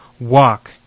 walk